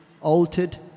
altered